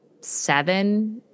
seven